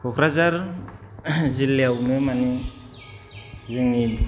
कक्राझार जिल्लायावनो माने जोंनि